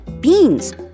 beans